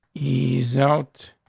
he's out,